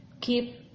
Keep